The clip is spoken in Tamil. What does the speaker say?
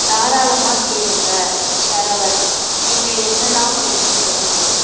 தாராளமாக கேளுங்கள் ஷரவன் நீங்கள் என்னல்லாம் தெரிஞ்சுக்கணும்